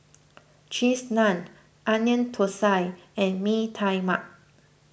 Cheese Naan Onion Thosai and Mee Tai Mak